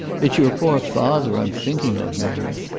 it's your poor father i'm thinking of, mary.